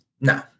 No